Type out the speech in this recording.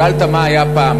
שאלת מה היה פעם,